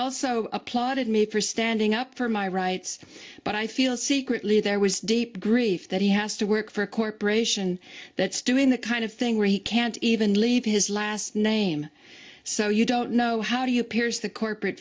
also applauded me for standing up for my rights but i feel secretly there was deep grief that he has to work for a corporation that's doing the kind of thing where he can't even leave his last name so you don't know how do you piers the corporate